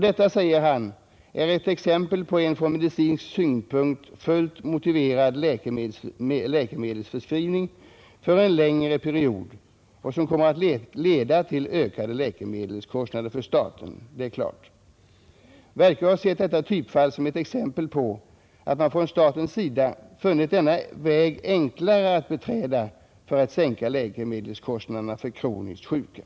Detta — säger han — är ett exempel på en från medicinsk synpunkt fullt motiverad läkemedelsförskrivning för en längre period, som kommer att leda till ökade läkemedelskostnader för staten. Werkö har sett detta typfall som ett exempel på att man från statens sida funnit denna väg enklare att beträda för att sänka läkemedelskostnaderna för kroniskt sjuka.